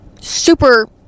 super